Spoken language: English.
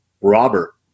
Robert